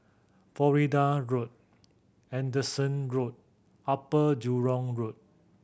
Florida Road Anderson Road Upper Jurong Road